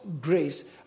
grace